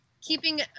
keeping